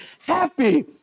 happy